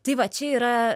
tai va čia yra